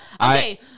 Okay